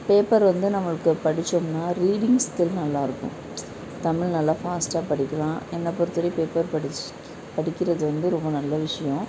paper வந்து நம்மளுக்கு படிச்சோம்னால் ரீடிங் ஸ்கில் நல்லாயிருக்கும் தமிழ் நல்லா ஃபாஸ்ட்டாக படிக்கலாம் என்னை பொறுத்தவரைக்கும் ஒரு பேப்பர் படிச்சு படிக்கிறது வந்து ரொம்ப நல்ல விஷயம்